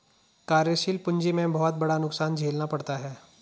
कार्यशील पूंजी में बहुत बड़ा नुकसान झेलना पड़ता है